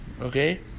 Okay